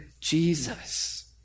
Jesus